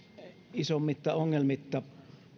isommitta ongelmitta